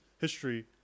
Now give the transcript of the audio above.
history